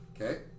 Okay